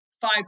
five